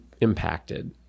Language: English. impacted